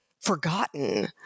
Forgotten